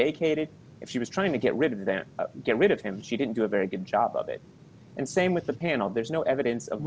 it if she was trying to get rid of them get rid of him she didn't do a very good job of it and same with the panel there's no evidence